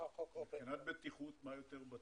מה יותר בטוח